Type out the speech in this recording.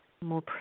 more